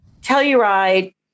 Telluride